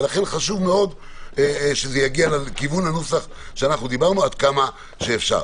ולכן חשוב מאוד שזה יגיע לכיוון הנוסח שאנחנו דיברנו עליו עד כמה שאפשר.